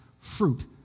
fruit